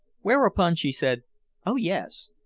whereupon she said oh, yes,